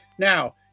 Now